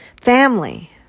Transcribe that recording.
Family